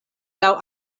laŭ